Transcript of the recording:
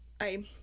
I-